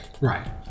Right